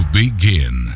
begin